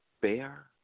bear